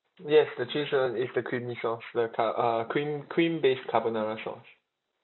yes the cheese [one] is the creamy sauce the car~ uh cream cream based carbonara sauce